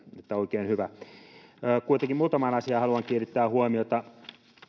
että oikein hyvä kuitenkin muutamaan asiaan haluan kiinnittää huomiota